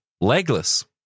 legless